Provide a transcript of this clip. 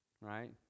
right